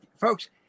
folks